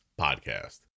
Podcast